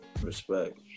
Respect